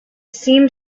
seemed